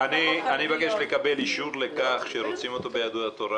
אני מבקש לקבל מליצמן אישור לכך שרוצים אותו ביהדות התורה.